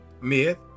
Myth